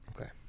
Okay